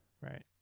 right